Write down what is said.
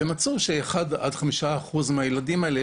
ומצאו שאחד עד חמישה אחוזים מהילדים האלה,